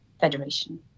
Federation